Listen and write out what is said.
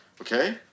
Okay